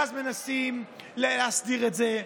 ואז מנסים להסדיר את זה.